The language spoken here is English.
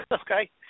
Okay